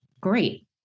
great